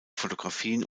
fotografien